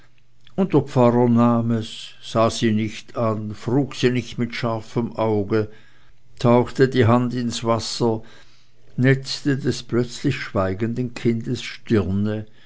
nahm es sah sie nicht an frug sie nicht mit scharfem auge tauchte die hand ins wasser netzte des plötzlich schweigenden kindes stirne